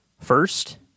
first